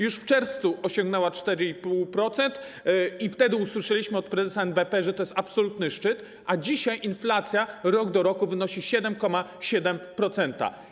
Już w czerwcu osiągnęła 4,5% i wtedy usłyszeliśmy od prezesa NBP, że to jest absolutny szczyt, a dzisiaj inflacja rok do roku wynosi 7,7%.